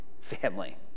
family